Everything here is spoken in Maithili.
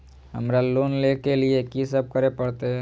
हमरा लोन ले के लिए की सब करे परते?